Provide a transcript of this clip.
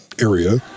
area